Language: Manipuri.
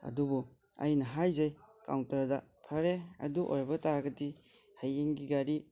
ꯑꯗꯨꯕꯨ ꯑꯩꯅ ꯍꯥꯏꯖꯩ ꯀꯥꯎꯟꯇꯔꯗ ꯐꯔꯦ ꯑꯗꯨ ꯑꯣꯏꯕ ꯇꯥꯔꯒꯗꯤ ꯍꯌꯦꯡꯒꯤ ꯒꯥꯔꯤ